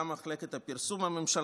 גם את מחלקת הפרסום הממשלתית,